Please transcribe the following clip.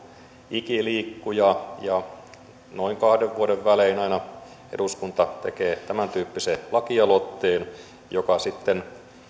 ikiliikkuja ja noin kahden vuoden välein aina eduskunta tekee tämäntyyppisen lakialoitteen joka sitten